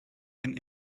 and